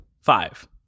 five